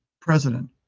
president